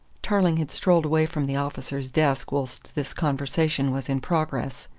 tarling had strolled away from the officer's desk whilst this conversation was in progress,